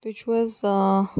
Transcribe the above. تُہۍ چھِو حظ